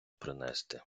принести